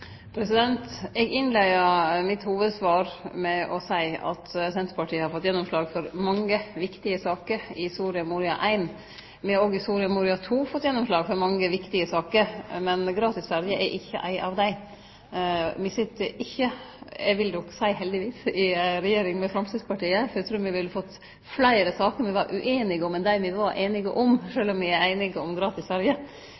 Eg innleidde hovudsvaret mitt med å seie at Senterpartiet har fått gjennomslag for mange viktige saker i Soria Moria I. Me har òg i Soria Moria II fått gjennomslag for mange viktige saker, men gratis ferjer er ikkje ei av dei. Me sit ikkje – eg vil seie heldigvis – i regjering med Framstegspartiet, for eg trur me ville fått fleire saker me var ueinige om enn me var einige om,